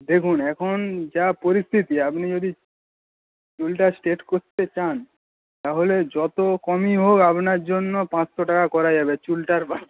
দেখুন এখন যা পরিস্থিতি আপনি যদি চুলটা স্ট্রেট করতে চান তাহলে যত কমই হোক আপনার জন্য পাঁচশো টাকা করা যাবে চুলটার বাঁচাতে